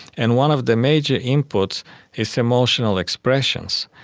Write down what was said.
and one of the major inputs is emotional expressions.